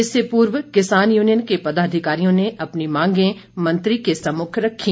इससे पूर्व किसान यूनियन के पदाधिकारियों ने अपनी मांगे मंत्री के सम्मुख रखीं